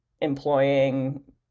employing